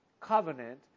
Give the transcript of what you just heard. covenant